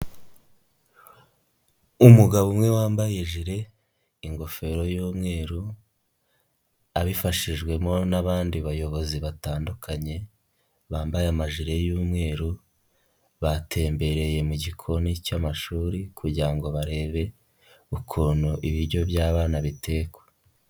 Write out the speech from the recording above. Umugabo umwe wambaye ijire, ingofero y'umweru abifashijwemo n'abandi bayobozi batandukanye bambaye amajire y'umweru, batembereye mu gikoni cy'amashuri kugira ngo barebe ukuntu ibiryo by'abana bitekwa.